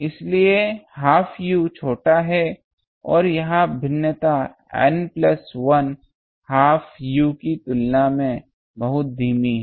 इसलिए half u छोटा है और यह भिन्नता N प्लस 1 हाफ u की तुलना में बहुत धीमी है